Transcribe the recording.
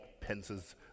Pence's